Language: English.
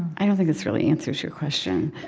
i don't think this really answers your question,